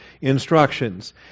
instructions